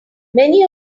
many